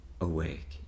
awake